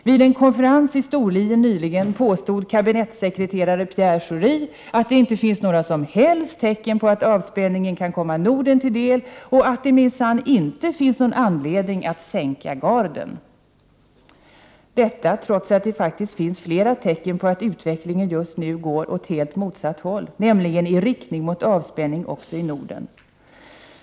Vid en konferans i Storlien nyligen påstod kabinettsekreteraren Pierre Schori att det inte finns några som helst tecken på att avspänningen kan komma Norden till del och att det minsann inte finns någon anledning att ”sänka garden”. Detta sker trots att det finns flera tecken på att utvecklingen just nu går åt rakt motsatt håll, nämligen i riktning mot avspänning också i Norden.